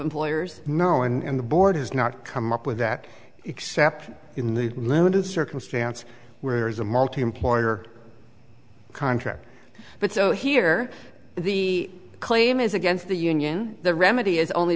employers no and the board has not come up with that except in the limited circumstance where is a multi employer contract but so here the claim is against the union the remedy is only